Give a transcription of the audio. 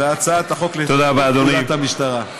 וזה הצעת החוק לתיקון פקודת המשטרה.